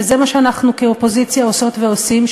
וזה מה שאנחנו כאופוזיציה עושות ועושים,